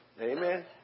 Amen